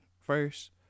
first